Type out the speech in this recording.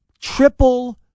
triple